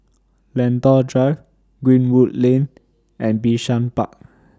Lentor Drive Greenwood Lane and Bishan Park